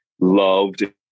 loved